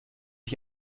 ich